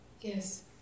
Yes